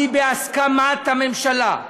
היא בהסכמת הממשלה.